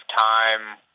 time